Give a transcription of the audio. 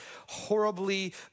horribly